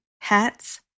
hats